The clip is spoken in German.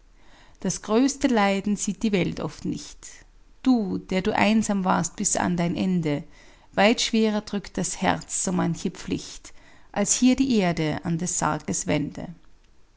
das größte leiden sieht die welt oft nicht du der du einsam warst bis an dein ende weit schwerer drückt das herz so manche pflicht als hier die erde an des sarges wände